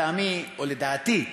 לטעמי או לדעתי,